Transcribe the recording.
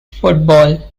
football